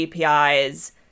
APIs